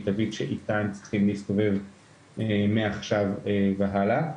תווית שאיתה הם צריכים להסתובב מעכשיו והלאה,